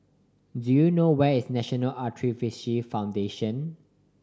do you know where is National Arthritis Foundation